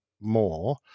more